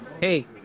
Hey